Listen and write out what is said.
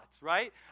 right